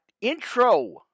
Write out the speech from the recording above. intro